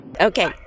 okay